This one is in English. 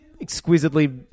exquisitely